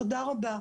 תודה רבה.